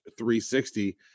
360